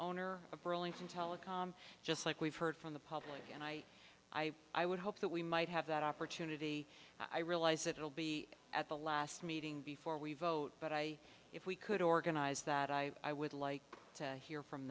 owner of burlington telecom just like we've heard from the public and i i i would hope that we might have that opportunity i realize it will be at the last meeting before we vote but i if we could organize that i would like to hear from